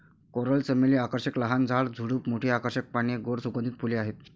coral चमेली आकर्षक लहान झाड, झुडूप, मोठी आकर्षक पाने, गोड सुगंधित फुले आहेत